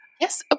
Yes